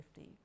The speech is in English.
50